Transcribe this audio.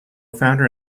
founder